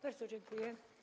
Bardzo dziękuję.